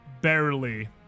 barely